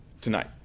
tonight